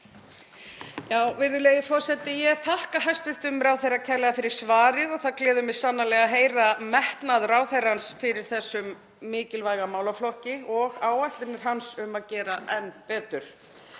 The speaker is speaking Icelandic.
Virðulegi forseti. Ég þakka hæstv. ráðherra kærlega fyrir svarið og það gleður mig sannarlega að heyra metnað ráðherrans fyrir þessum mikilvæga málaflokki og áætlanir hans um að gera enn betur.